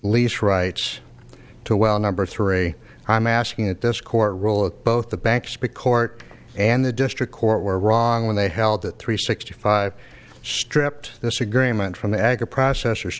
lease rights to well number three i'm asking at this court role at both the banks because and the district court were wrong when they held that three sixty five stripped this agreement from the agriprocessors